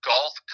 Golf